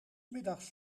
middags